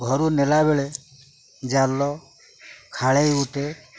ଘରୁ ନେଲାବେଳେ ଜାଲ ଖାଳେଇ ଗୋଟେ